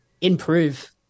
improve